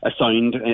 assigned